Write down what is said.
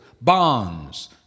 bonds